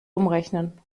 umrechnen